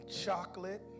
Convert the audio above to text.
chocolate